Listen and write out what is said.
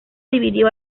dividió